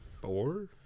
Four